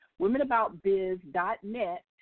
womenaboutbiz.net